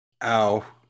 Ow